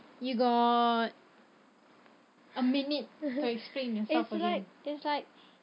you got a minute to explain yourself again